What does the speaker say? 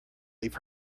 leave